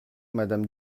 madame